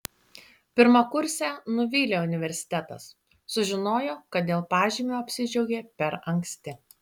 pirmakursę nuvylė universitetas sužinojo kad dėl pažymio apsidžiaugė per anksti